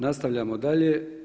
Nastavljamo dalje.